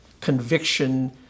conviction